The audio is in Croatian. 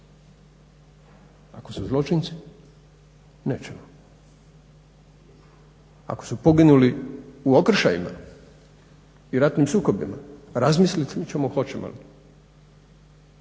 Ako su zločinci, nećemo. Ako su poginuli u okršajima i ratnim sukobima razmislit …. Prema